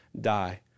die